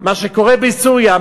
מה שקורה בסוריה,